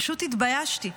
פשוט התביישתי.